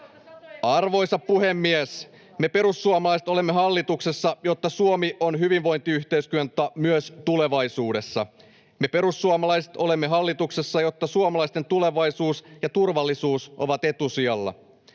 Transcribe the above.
Arvoisa puhemies! Me perussuomalaiset olemme hallituksessa, jotta Suomi on hyvinvointiyhteiskunta myös tulevaisuudessa. Me perussuomalaiset olemme hallituksessa, jotta suomalaisten tulevaisuus ja turvallisuus ovat etusijalla.